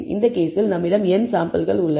இந்த கேஸில் நம்மிடம் n சாம்பிள்கள் உள்ளன